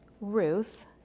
Ruth